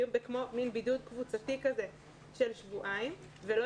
היו כמו במין בידוד קבוצתי של שבועיים ולא